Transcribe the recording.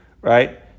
Right